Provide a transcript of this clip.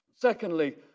Secondly